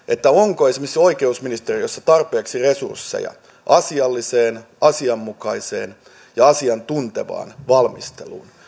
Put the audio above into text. että onko esimerkiksi oikeusministeriössä tarpeeksi resursseja asialliseen asianmukaiseen ja asiantuntevaan valmisteluun